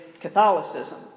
Catholicism